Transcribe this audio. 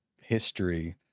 history